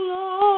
Lord